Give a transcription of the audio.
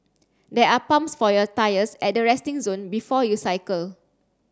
there are pumps for your tyres at the resting zone before you cycle